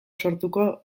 sortuko